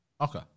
okay